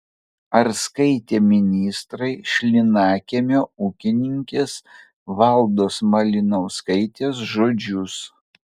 ar skaitė ministrai šlynakiemio ūkininkės valdos malinauskaitės žodžius